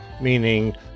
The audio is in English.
meaning